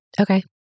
Okay